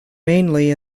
mainly